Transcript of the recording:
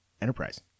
Enterprise